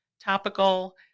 topical